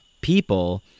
people